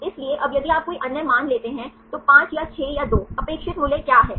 इसलिए अब यदि आप कोई अन्य मान लेते हैं तो 5 या 6 या 2 अपेक्षित मूल्य क्या है